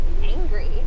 angry